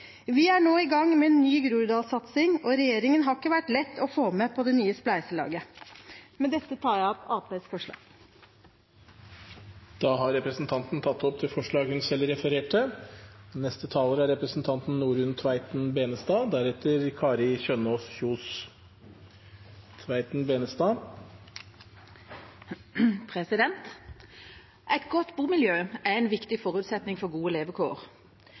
Vi er nå i gang med en ny Groruddalssatsing, og regjeringen har ikke vært lett å få med på det nye spleiselaget. Med dette tar jeg opp det forslaget Arbeiderpartiet har sammen med SV. Representanten Siri Gåsemyr Staalesen har tatt opp det forslaget hun refererte til. Et godt bomiljø er